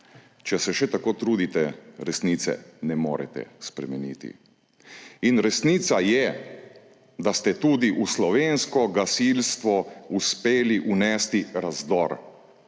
Če se še tako trudite, resnice ne morete spremeniti. In resnica je, da ste tudi v slovensko gasilstvo uspeli vnesti razdor.